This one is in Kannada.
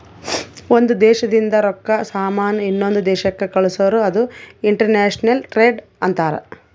ಒಂದ್ ದೇಶದಿಂದ್ ರೊಕ್ಕಾ, ಸಾಮಾನ್ ಇನ್ನೊಂದು ದೇಶಕ್ ಕಳ್ಸುರ್ ಅದು ಇಂಟರ್ನ್ಯಾಷನಲ್ ಟ್ರೇಡ್ ಅಂತಾರ್